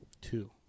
two